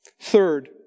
Third